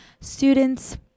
Students